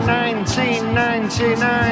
1999